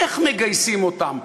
איך מגייסים אותם?